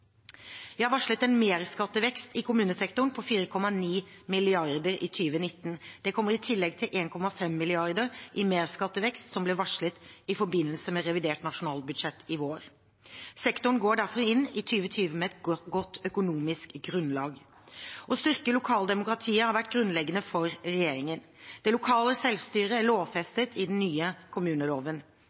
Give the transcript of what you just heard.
Vi har varslet en merskattevekst i kommunesektoren på 4,9 mrd. kr i 2019. Det kommer i tillegg til 1,5 mrd. kr i merskattevekst som ble varslet i forbindelse med revidert nasjonalbudsjett i vår. Sektoren går derfor inn i 2020 med et godt økonomisk grunnlag. Å styrke lokaldemokratiet har vært grunnleggende for regjeringen. Det lokale selvstyret er lovfestet i den nye kommuneloven.